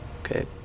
Okay